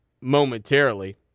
momentarily